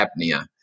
apnea